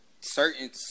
certain